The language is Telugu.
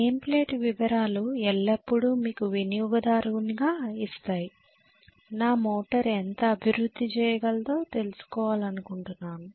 నేమ్ ప్లేట్ వివరాలు ఎల్లప్పుడూ మీకు వినియోగదారునిగా ఇస్తాయి నా మోటారు ఎంత అభివృద్ధి చేయగలదో తెలుసుకోవాలనుకుంటున్నాను